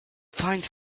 find